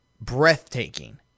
breathtaking